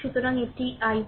সুতরাং এটি I1